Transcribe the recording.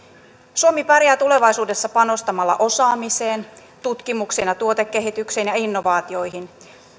suomi pärjää tulevaisuudessa panostamalla osaamiseen tutkimukseen ja tuotekehitykseen ja innovaatioihin